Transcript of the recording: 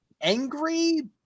angry